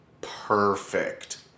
perfect